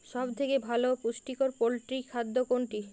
সব থেকে ভালো পুষ্টিকর পোল্ট্রী খাদ্য কোনটি?